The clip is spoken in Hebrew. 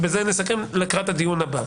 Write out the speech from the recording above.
ובזה נסכם לקראת הדיון הבא: